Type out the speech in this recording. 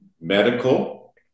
medical